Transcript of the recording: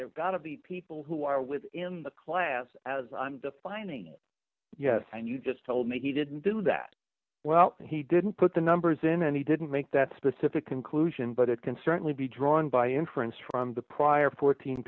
there got of the people who are within the class as i'm defining yes and you just told me he didn't do that well he didn't put the numbers in and he didn't make that specific conclusion but it can certainly be drawn by inference from the prior fourteen